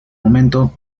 momento